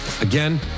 Again